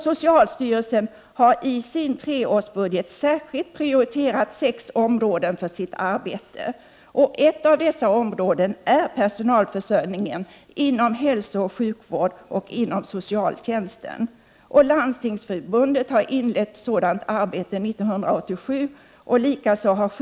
Socialstyrelsen har i sin treårsbudget särskilt prioriterat sex områden för Bitt arbete. Ett av dessa är personalförsörjning inom hälsooch sjukvård samt Bocialtjänst. Landstingsförbundet inledde våren 1987 ett sådant arbete.